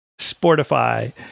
Sportify